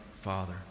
father